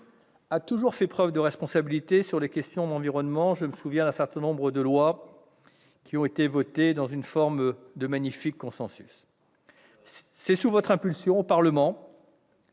a toujours fait preuve de responsabilité sur les questions environnementales. Un certain nombre de lois ont été votées dans une forme de magnifique consensus. C'est ainsi sous votre impulsion qu'a été